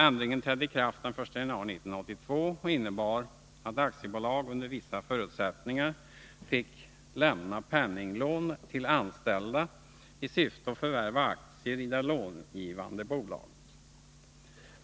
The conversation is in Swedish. Ändringen trädde i kraft den 1 juli 1982 och innebär att aktiebolag under vissa förutsättningar får lämna penninglån till anställda för förvärv av aktier i det långivande bolaget.